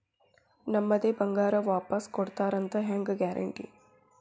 ನಮ್ಮದೇ ಬಂಗಾರ ವಾಪಸ್ ಕೊಡ್ತಾರಂತ ಹೆಂಗ್ ಗ್ಯಾರಂಟಿ?